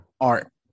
art